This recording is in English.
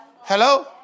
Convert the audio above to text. Hello